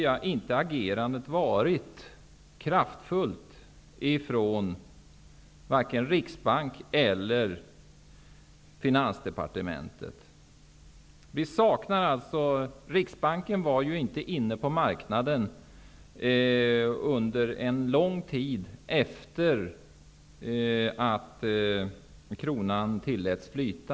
Jag tycker inte att vare sig Riksbanken eller Finansdepartementet här har agerat kraftfullt. Riksbanken fanns ju inte med på marknaden under en lång tid efter det att kronan tilläts flyta.